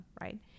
right